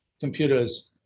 computers